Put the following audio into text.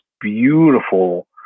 beautiful